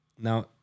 Now